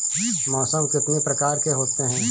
मौसम कितनी प्रकार के होते हैं?